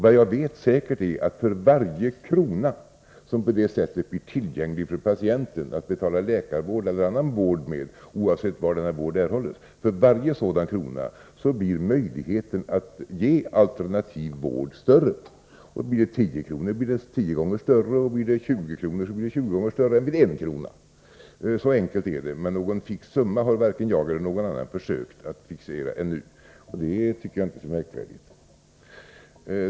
Vad jag vet säkert är att för varje krona som på det sättet blir tillgänglig för patienten att betala läkarvård eller annan vård med, oavsett var denna vård erhålles, blir möjligheten att ge alternativ vård större. Får man 10 kr. blir den tio gånger större, för 20 kr. blir den tjugo gånger större än vid 1 kr. Så enkelt är det, men någon fix summa har varken jag eller någon annan försökt fastställa ännu, och det tycker jag inte är så märkvärdigt.